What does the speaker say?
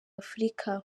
afurika